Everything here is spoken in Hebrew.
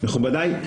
מכובדי,